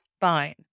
fine